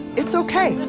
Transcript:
it's ok.